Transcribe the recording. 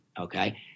Okay